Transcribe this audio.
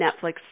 Netflix